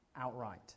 outright